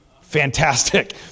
fantastic